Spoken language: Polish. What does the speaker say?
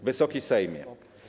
Wysoki Sejmie!